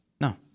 No